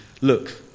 look